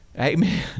amen